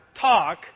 talk